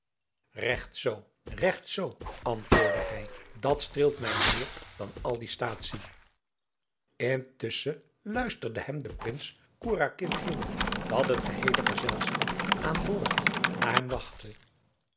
regt zoo regt zoo antwoordde hij dat streelt mij meer dan al die staatsie intusschen luisterde hem de prins kourakin in dat het geheele gezelschap aan boord na hem wachtte